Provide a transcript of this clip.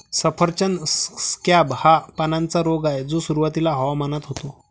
सफरचंद स्कॅब हा पानांचा रोग आहे जो सुरुवातीच्या हवामानात होतो